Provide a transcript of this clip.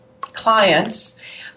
clients